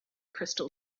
crystal